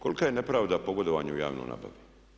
Kolika je nepravda pogodovanje u javnoj nabavi?